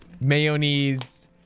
mayonnaise